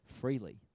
freely